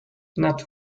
not